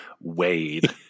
Wade